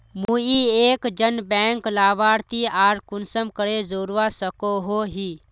मुई एक जन बैंक लाभारती आर कुंसम करे जोड़वा सकोहो ही?